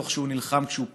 תוך שהוא נלחם כשהוא פצוע.